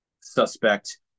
suspect